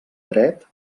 dret